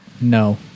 No